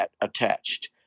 attached